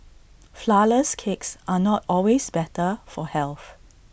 Flourless Cakes are not always better for health